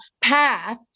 path